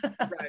Right